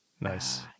nice